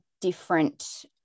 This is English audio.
different